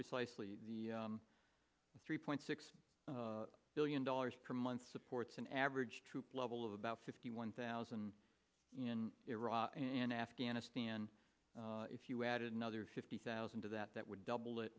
precisely the three point six billion dollars per month supports an average troop level of about fifty one thousand in iraq and afghanistan if you added another fifty thousand to that that would double